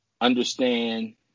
understand